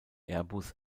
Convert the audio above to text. airbus